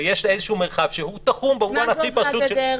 ויש איזה מרחב שהוא תחום במובן הכי פשוט --- מה גובה הגדר?